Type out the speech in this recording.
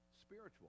Spiritual